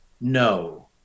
no